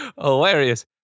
hilarious